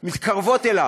מתקרבות אליו,